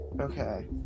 okay